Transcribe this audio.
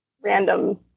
random